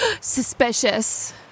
Suspicious